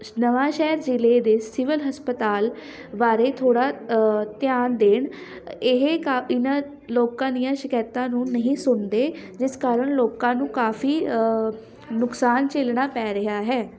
ਨਵਾਂਸ਼ਹਿਰ ਜ਼ਿਲ੍ਹੇ ਦੇ ਸਿਵਲ ਹਸਪਤਾਲ ਬਾਰੇ ਥੋੜ੍ਹਾ ਧਿਆਨ ਦੇਣ ਇਹ ਕਾ ਇਹਨਾਂ ਲੋਕਾਂ ਦੀਆਂ ਸ਼ਿਕਾਇਤਾਂ ਨੂੰ ਨਹੀਂ ਸੁਣਦੇ ਜਿਸ ਕਾਰਨ ਲੋਕਾਂ ਨੂੰ ਕਾਫੀ ਨੁਕਸਾਨ ਝੱਲਣਾ ਪੈ ਰਿਹਾ ਹੈ